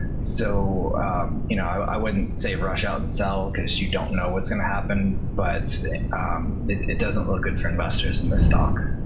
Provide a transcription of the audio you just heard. so you know i wouldn't say rush out and sell, because you don't know what's going to happen. but it doesn't look good for investors in this stock.